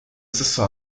stesso